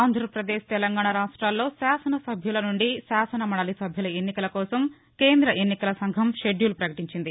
ఆంధ్రప్రదేశ్ తెలంగాణా రావ్టాల్లో శాసనసభ్యుల నుండి శాసనమందలి సభ్యుల ఎన్నికల కోసం కేంద ఎన్నికల సంఘం షెద్యూలు పకటించింది